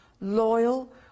Loyal